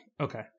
okay